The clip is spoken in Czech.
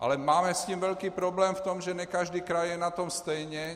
Ale máme s tím velký problém v tom, že ne každý kraj je na tom stejně.